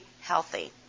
healthy